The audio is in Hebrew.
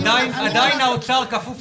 עדיין האוצר כפוף